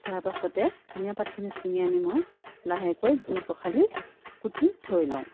তাৰ পাছতে ধনীয়া পাতখিনি চিঙি আনি মই লাহেকৈ ধুই পখালি কুটি থৈ লওঁ